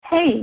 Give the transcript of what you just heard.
Hey